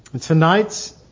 Tonight's